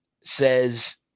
says